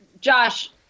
Josh